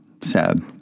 sad